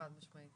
חד משמעית.